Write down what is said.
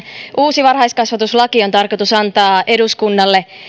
uusi varhaiskasvatuslaki on tarkoitus antaa eduskunnalle